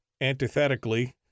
antithetically